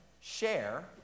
share